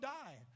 die